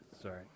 sorry